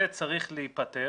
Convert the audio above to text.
זה צריך להיפתר.